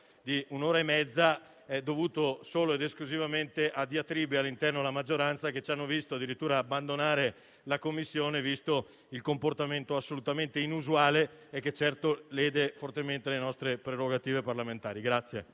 di un'ora e mezza dovuto solo ed esclusivamente a diatribe interne alla maggioranza, che ci hanno visto addirittura abbandonare la Commissione, visto il comportamento assolutamente inusuale e che certo lede fortemente le nostre prerogative parlamentari.